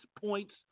points